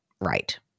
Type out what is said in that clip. right